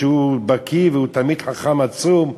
שהוא בקי והוא תלמיד חכם עצום,